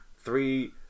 three